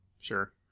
Sure